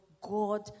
God